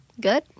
good